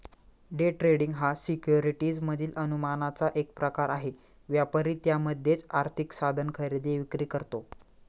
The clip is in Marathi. डे ट्रेडिंग हा सिक्युरिटीज मधील अनुमानाचा एक प्रकार आहे, व्यापारी त्यामध्येच आर्थिक साधन खरेदी विक्री करतो